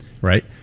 right